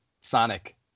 Sonic